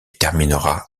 terminera